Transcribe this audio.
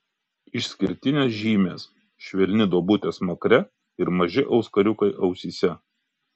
išskirtinės žymės švelni duobutė smakre ir maži auskariukai ausyse